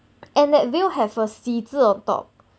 and that veil have a C 字 on top